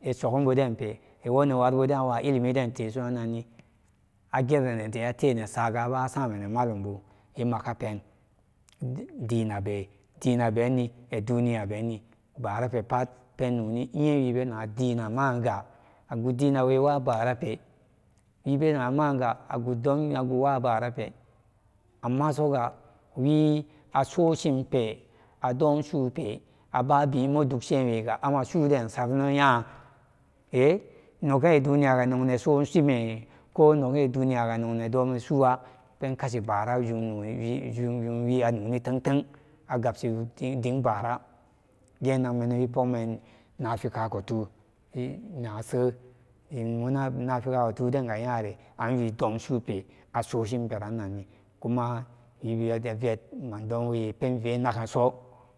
isogumbuden pe iwo newari buden awa ilimi buden tesoranni agerente atenan saga abasanen malumbu imagapén atenan saga abasanen malumbu imagapén dinabe dinabenni iduniya benni báárape pat benóóni iye wibena dinamaga agu dinawe wabape wibena maga agodon aguwa barape amma suga wi aso shimpe adosupe aba bin moduksewega ama suden saranoya nogbe duniya nogneso shime ko noge duniyaga nog nedomen suwa pen kashi bara jum jumwi a nóóni tenten a gabshi wogin báára genagmenen wi pogmen nafika kotu nase nafika kotu denga yare wi domsupe aso shimpe ranni kuma wi avet mandonwe penve naganso.